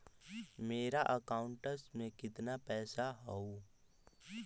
मेरा अकाउंटस में कितना पैसा हउ?